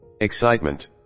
Excitement